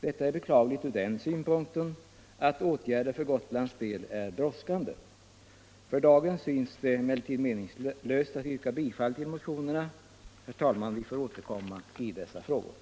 Detta är beklagligt ur den synpunkten, att åtgärder för Gotlands del är brådskande. För dagen synes det emellertid meningslöst att yrka bifall till motionerna. Herr talman! Vi får återkomma i dessa frågor.